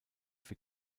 für